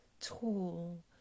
tall